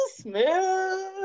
smooth